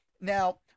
Now